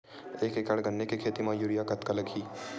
एक एकड़ गन्ने के खेती म यूरिया कतका लगही?